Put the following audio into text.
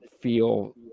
feel